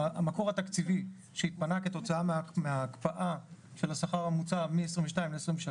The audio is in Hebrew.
המקור התקציבי שהתפנה כתוצאה מההקפאה של השכר הממוצע מ-22' ל-23'